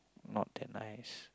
not that nice